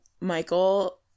Michael